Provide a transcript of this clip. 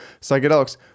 Psychedelics